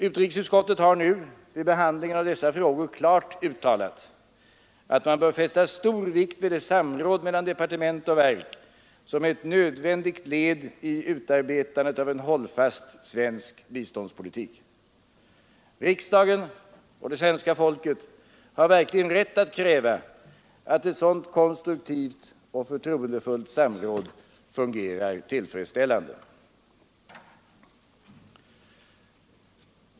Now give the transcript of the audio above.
Utrikesutskottet har nu vid behandlingen av dessa frågor klart uttalat, att man bör fästa stor vikt vid det samråd mellan departement och verk som är ett nödvändigt led i utarbetandet av en hållfast svensk biståndspolitik. Riksdagen och svenska folket har verkligen rätt att kräva att ett sådant konstruktivt och förtroendefullt samråd fungerar tillfredsställande.